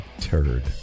turd